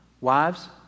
wives